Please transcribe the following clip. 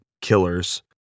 killers